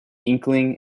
inkling